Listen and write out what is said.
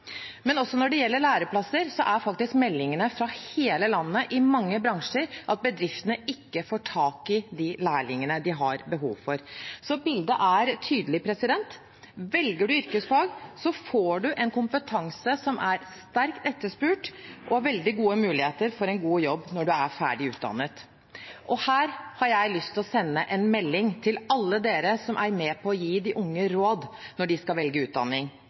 Også når det gjelder læreplasser, er meldingene fra hele landet og fra mange bransjer at bedriftene ikke får tak de lærlingene de har behov for. Bildet er tydelig: Velger man yrkesfag, får man en kompetanse som er sterkt etterspurt, og man vil ha veldig gode muligheter for en god jobb når man er ferdig utdannet. Her har jeg lyst til å sende en melding til alle dem som er med på å gi de unge råd når de skal velge utdanning: